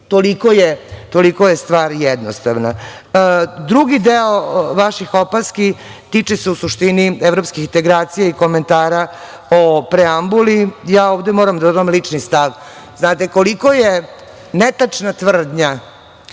Toliko je stvar jednostavna. Drugi deo vaših opaski tiče se u suštini evropskih integracija i komentara o preambuli. Ja ovde moram da dam lični stav. Koliko je netačna tvrdnja